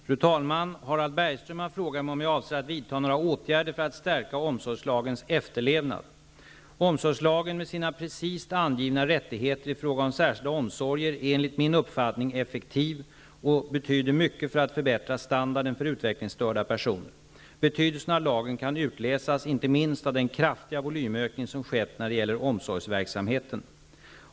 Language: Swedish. Fru talman! Harald Bergström har frågat mig om jag avser att vidta några åtgärder för att stärka omsorgslagens efterlevnad. Omsorgslagen med sina precist angivna rättigheter i fråga om särskilda omsorger är enligt min uppfattning effektiv och betyder mycket för att förbättra standarden för utvecklingsstörda personer. Betydelsen av lagen kan utläsas inte minst av den kraftiga volymökning som skett när det gäller omsorgsverksamheten.